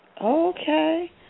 Okay